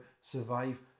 survive